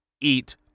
eat